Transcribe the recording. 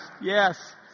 Yes